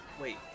Wait